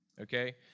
Okay